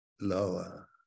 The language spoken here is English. lower